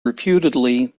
reputedly